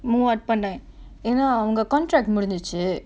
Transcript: move out பண்ண ஏனா அவங்க:panna yaenaa avanga contract முடிஞ்சிருச்சு:mudinjiruchu